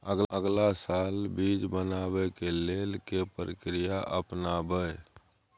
अगला साल बीज बनाबै के लेल के प्रक्रिया अपनाबय?